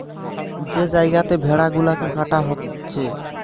যে জাগাতে ভেড়া গুলাকে কাটা হচ্ছে